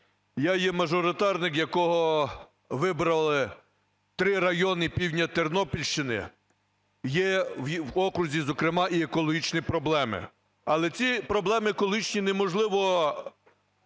Я є мажоритарником, якого вибрали три райони півдня Тернопільщини. Є в окрузі, зокрема, і екологічні проблеми. Але ці проблеми екологічні неможливо